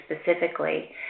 specifically